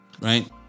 Right